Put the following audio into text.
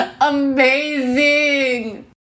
amazing